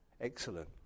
excellent